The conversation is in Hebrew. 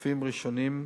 רופאים ראשוניים,